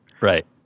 Right